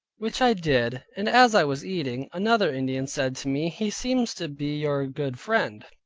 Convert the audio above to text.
which i did, and as i was eating, another indian said to me, he seems to be your good friend,